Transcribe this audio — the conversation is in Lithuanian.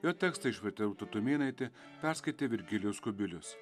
jo tekstą išvertė rūta tumėnaitė perskaitė virgilijus kubilius